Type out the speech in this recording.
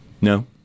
No